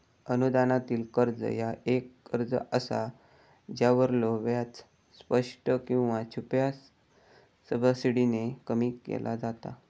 अनुदानित कर्ज ह्या एक कर्ज असा ज्यावरलो व्याज स्पष्ट किंवा छुप्या सबसिडीने कमी केला जाता